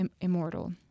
immortal